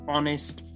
Honest